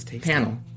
panel